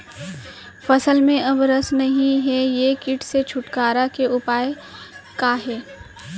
फसल में अब रस नही हे ये किट से छुटकारा के उपाय का हे?